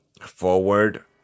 Forward